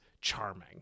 charming